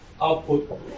output